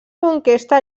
conquesta